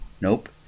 Nope